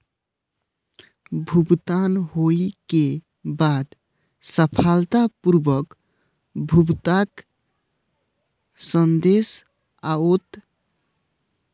भुगतान होइ के बाद सफलतापूर्वक भुगतानक संदेश आओत